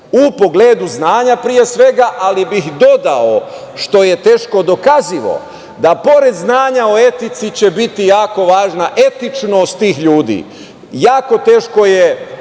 u pogledu znanja pre svega, ali bih dodao, što je teško dokazivo, da pored znanja o etici će biti jako važna etičnost tih ljudi. Jako teško je